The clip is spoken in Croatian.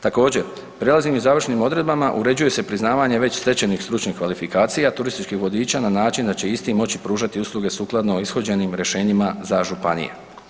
Također prelaznim i završnim odredbama uređuje se priznavanje već stečenih stručnih kvalifikacija turističkih vodiča na način da će isti moći pružati usluge sukladno ishođenim rješenjima za županije.